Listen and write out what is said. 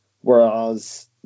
whereas